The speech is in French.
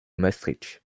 maastricht